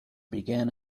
began